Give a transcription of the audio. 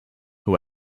who